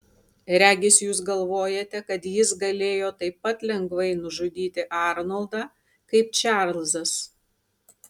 regis jūs galvojate kad jis galėjo taip pat lengvai nužudyti arnoldą kaip čarlzas